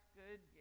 good